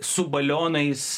su balionais